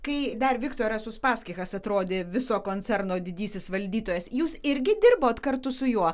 kai dar viktoras uspaskichas atrodė viso koncerno didysis valdytojas jūs irgi dirbot kartu su juo